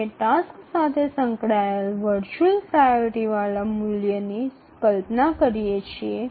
আমরা কোনও কাজের সাথে যুক্ত একটি ভার্চুয়াল অগ্রাধিকার সংখ্যা কল্পনা করতে পারি